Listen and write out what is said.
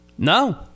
No